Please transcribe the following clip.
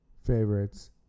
favorites